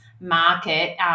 market